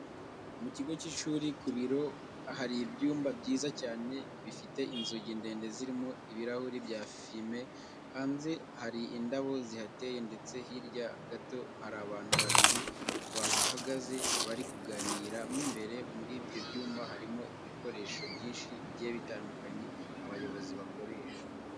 Mu kigo cy'ishuri ku biro hari ibyumba byiza cyane bifite inzugi ndende zirimo ibirahure bya fime. Hanze hari indabo zihateye ndetse hirya gato hari abantu babiri bahahagaze bari kuganira. Mo imbere muri ibyo byumba harimo ibikoresho byinshi bigiye bitandukanye abayobozi bakoresha.